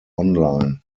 online